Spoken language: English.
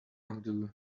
undo